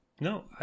no